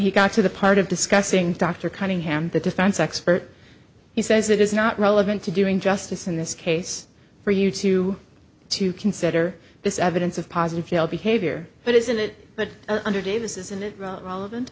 he got to the part of discussing dr cunningham the defense expert he says it is not relevant to doing justice in this case for you to to consider this evidence of positive feel behavior but isn't it but under davis isn't it r